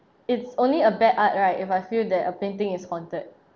it's only a bad art right if I feel that a painting is haunted